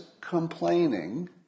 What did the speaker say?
complaining